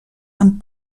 amb